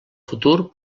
futur